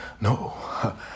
No